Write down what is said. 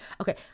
Okay